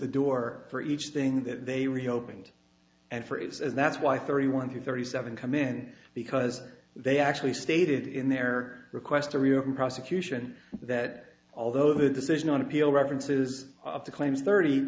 the door for each thing that they reopened and for it as that's why thirty one hundred thirty seven come in because they actually stated in their request to reopen prosecution that although the decision on appeal references of the claims thirty